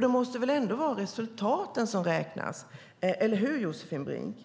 Det måste väl ändå vara resultaten som räknas, Josefin Brink.